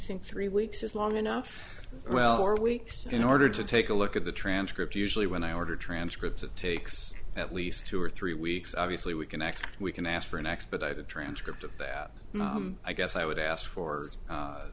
think three weeks is long enough well or weeks in order to take a look at the transcript usually when i order transcripts it takes at least two or three weeks obviously we can act we can ask for an expedited transcript of that i guess i would ask for